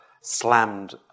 slammed